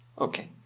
Okay